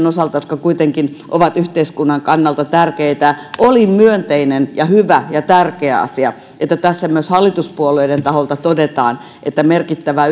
osalta jotka kuitenkin ovat yhteiskunnan kannalta tärkeitä on myönteinen ja hyvä ja tärkeä asia että tässä myös hallituspuolueiden taholta todetaan että merkittävää